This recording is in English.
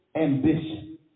ambition